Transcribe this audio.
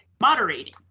moderating